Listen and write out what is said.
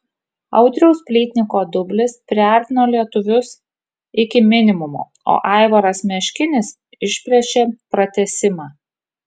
audriaus plytniko dublis priartino lietuvius iki minimumo o aivaras meškinis išplėšė pratęsimą